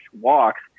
walks